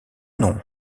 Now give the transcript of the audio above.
nom